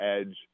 edge